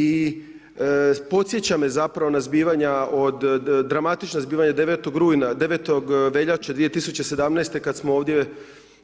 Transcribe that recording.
I podsjeća me zapravo na zbivanja, od, dramatičnog zbivanja od 9. veljače 2017. kada smo ovdje